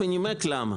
ונימק למה.